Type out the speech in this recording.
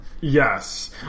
Yes